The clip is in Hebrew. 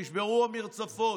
נשברו המרצפות.